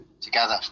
together